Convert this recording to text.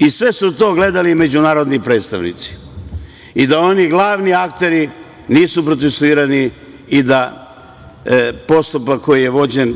I sve su to gledali međunarodni predstavnici i da oni glavni akteri nisu procesuirani i da postupak koji je vođen